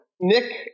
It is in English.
Nick